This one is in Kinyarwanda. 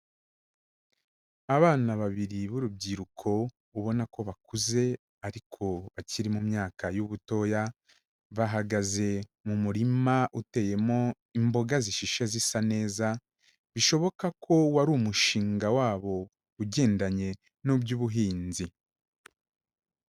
Abana babiri b'urubyiruko ubona ko bakuze, ariko bakiri mu myaka y'ubutoya, bahagaze mu murima uteyemo imboga zishishe zisa neza, bishoboka ko wari umushinga wabo ugendanye n'iby'ubuhinzi.